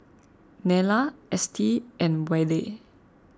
Nella Estie and Wade